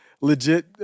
Legit